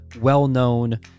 well-known